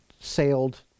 sailed